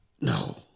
No